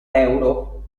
euro